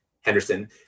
Henderson